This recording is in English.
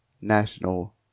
National